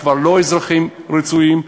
כבר לא אזרחים רצויים,